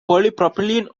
polypropylene